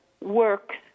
works